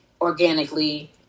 organically